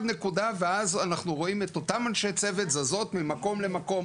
נקודה ואז אנחנו רואים את אותן אנשי צוות זזות ממקום למקום,